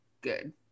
good